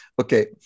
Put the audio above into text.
Okay